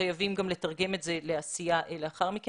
ברגע שנתת לי את ההזדמנות לעסוק בחיילים הבודדים